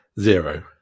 zero